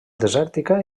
desèrtica